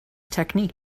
technique